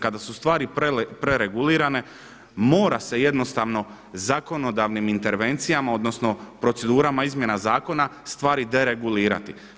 Kada su stvari preregulirane mora se jednostavno zakonodavnim intervencijama odnosno procedurama izmjena zakona stvari deregulirati.